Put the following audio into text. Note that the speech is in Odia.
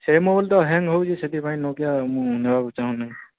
ସେ ମୋବାଇଲ ତ ହ୍ୟାଙ୍ଗ୍ ହେଉଛି ସେଇଥିପାଇଁ ନୋକିଆ ମୁଁ ନେବାକୁ ଚାହୁଁନି